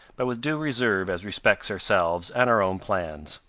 but with due reserve as respects ourselves and our own plans.